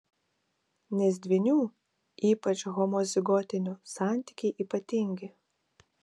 nes dvynių ypač homozigotinių santykiai ypatingi